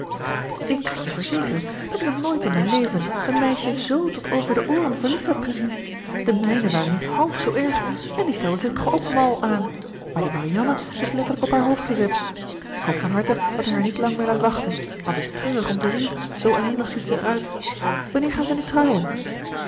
ik kan je verzekeren dat ik nog nooit in mijn leven een meisje zoo tot over de ooren verliefd heb gezien de mijnen waren niet half zoo erg en die stelden zich toch k mal aan maar die marianne is letterlijk op haar hoofd gezet ik hoop van harte dat hij haar niet lang meer laat wachten want t is treurig om te zien zoo ellendig ziet zij eruit wanneer gaan ze nu trouwen